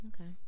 Okay